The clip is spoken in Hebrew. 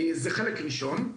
זה חלק ראשון.